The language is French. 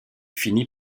finit